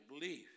believe